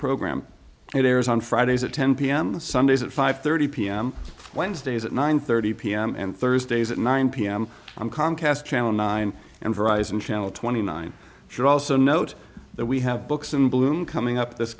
program it airs on fridays at ten pm and sundays at five thirty pm wednesdays at nine thirty pm and thursdays at nine pm on comcast channel nine and verizon channel twenty nine should also note that we have books in bloom coming up this